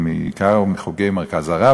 בעיקר מחוגי "מרכז הרב",